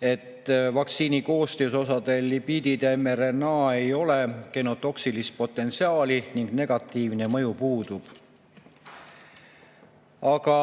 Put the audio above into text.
et vaktsiini koostisosadel (lipiidid ja mRNA) ei ole genotoksilist potentsiaali ning negatiivne mõju puudub. Aga